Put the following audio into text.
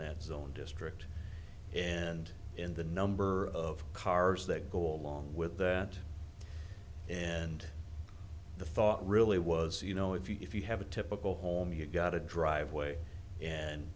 that zone district and in the number of cars that go along with that and the thought really was you know if you if you have a typical home you've got a driveway and